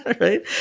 Right